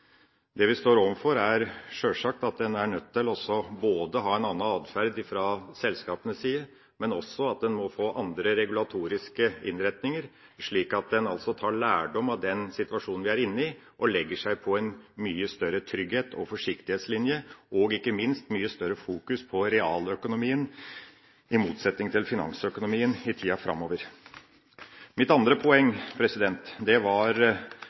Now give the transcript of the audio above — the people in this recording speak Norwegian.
Det vi står overfor, er en situasjon hvor en sjølsagt er nødt til å få en annen adferd fra selskapenes side, men også at en må få andre regulatoriske innretninger, slik at en tar lærdom av den situasjonen vi er i, og legger seg på en mye større trygghets- og forsiktighetslinje, og ikke minst må vi ha mye større fokus på realøkonomien, i motsetning til finansøkonomien, i tida framover. Mitt andre poeng